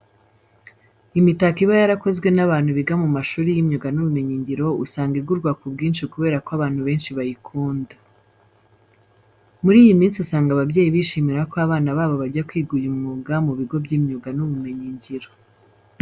Imitako iba yarakozwe n'abantu biga mu mashuri y'imyuga n'ubumenyingiro usanga igurwa ku bwinshi kubera ko abantu benshi bayikunda. Muri iyi minsi usanga ababyeyi bishimira ko abana babo bajya kwiga uyu mwuga mu bigo by'imyuga n'ubumenyingiro.